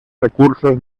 recursos